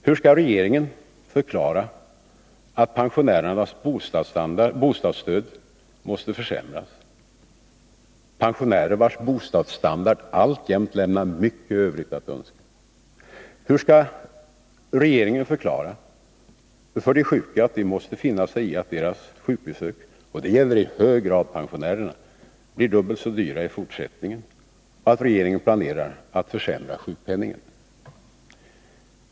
Hur skall regeringen förklara att pensionärernas bostadsstöd måste försämras — pensionärer vilkas bostadsstandard alltjämt lämnar mycket övrigt att önska? Hur skall regeringen förklara för de sjuka att de måste finna sig i att deras sjukbesök — och det gäller i hög grad pensionärerna — blir dubbelt så dyra i fortsättningen och att regeringen planerar att försämra sjukpenningen?